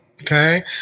okay